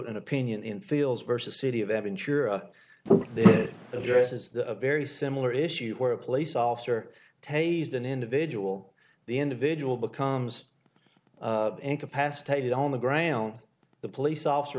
an opinion in fields versus city of aventura addresses the very similar issue where a police officer tasered an individual the individual becomes incapacitated on the ground the police officer